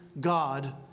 God